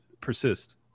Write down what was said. persist